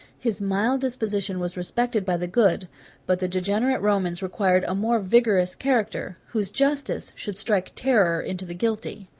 his mild disposition was respected by the good but the degenerate romans required a more vigorous character, whose justice should strike terror into the guilty.